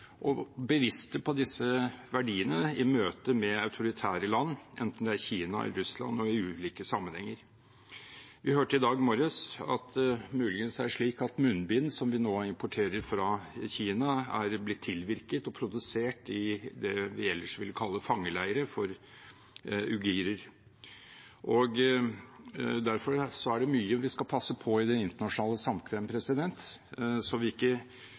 bevisste på disse verdiene i møte med autoritære land, enten det er Kina eller Russland, og i ulike sammenhenger. Vi hørte i dag morges at det muligens er slik at munnbind som vi nå importerer fra Kina, er blitt tilvirket og produsert i det vi ellers ville kalle fangeleirer for uigurer. Derfor er det mye vi skal passe på i det internasjonale samkvem, så